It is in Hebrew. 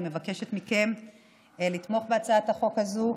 אני מבקשת מכם לתמוך בהצעת החוק הזאת,